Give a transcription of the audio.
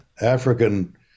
african